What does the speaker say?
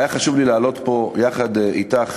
היה חשוב לי לעלות פה יחד אתך,